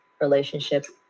relationships